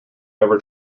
ever